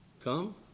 come